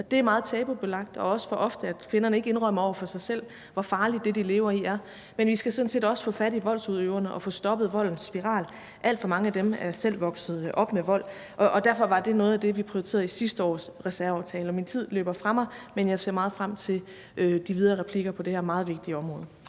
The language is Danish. – det er meget tabubelagt, og det sker også for ofte, at kvinderne ikke indrømmer over for sig selv, hvor farligt det, de lever i, er – men vi skal sådan set også få fat i voldsudøverne og få stoppet voldens spiral. Alt for mange af dem er selv vokset op med vold. Derfor var det noget af det, vi prioriterede i sidste års reserveaftale. Min taletid løber fra mig, men jeg ser meget frem til de videre replikker på det her meget vigtige område.